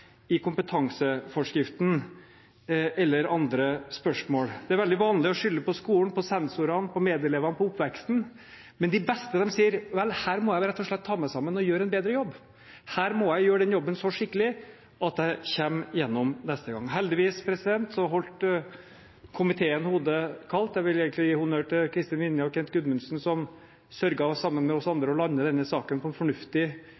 i kompetanseforskriften eller andre spørsmål. Det er veldig vanlig å skylde på skolen, på sensorene, på medelevene, på oppveksten, men de beste sier: Vel, her må jeg rett og slett ta meg sammen og gjøre en bedre jobb, her må jeg gjøre den jobben så skikkelig at jeg kommer gjennom neste gang. Heldigvis holdt komiteen hodet kaldt. Jeg vil egentlig gi honnør til Kristin Vinje og Kent Gudmundsen, som sørget for – sammen med oss andre – å lande denne saken på en fornuftig